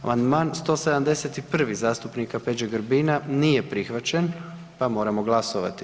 Amandman 171. zastupnika Peđe Grbina nije prihvaćen, pa moramo glasovati.